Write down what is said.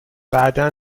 بعدا